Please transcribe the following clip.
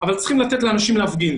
אבל צריכים לתת לאנשים להפגין.